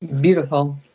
Beautiful